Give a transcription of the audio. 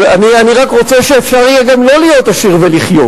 אני רק רוצה שאפשר יהיה גם לא להיות עשיר ולחיות.